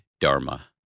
dharma